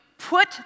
Put